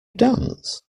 dance